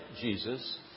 Jesus